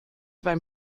beim